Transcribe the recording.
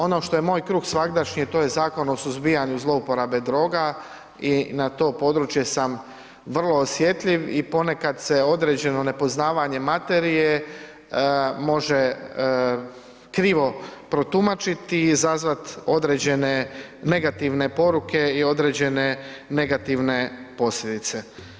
Ono što je moj kruh svagdašnji to je Zakon o suzbijanju zlouporaba droga i na to područje sam vrlo osjetljiv i ponekad se određeno nepoznavanje materije može krivo protumačiti i izazvati negativne poruke i određene negativne posljedice.